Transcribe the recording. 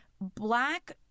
Black